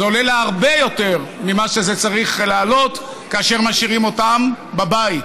זה עולה לה הרבה יותר ממה שזה צריך לעלות כאשר משאירים אותם בבית